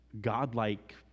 godlike